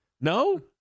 No